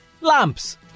lamps